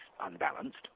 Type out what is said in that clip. unbalanced